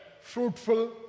fruitful